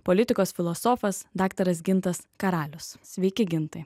politikos filosofas daktaras gintas karalius sveiki gintai